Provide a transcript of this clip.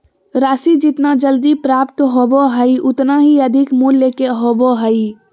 राशि जितना जल्दी प्राप्त होबो हइ उतना ही अधिक मूल्य के होबो हइ